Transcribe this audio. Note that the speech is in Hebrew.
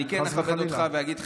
אני כן אכבד אותך ואגיד לך,